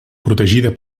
protegida